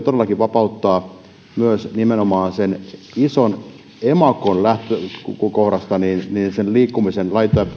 todellakin vapauttaa myös nimenomaan sen ison emakon lähtökohdasta sen liikkumisen